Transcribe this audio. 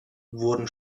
wurden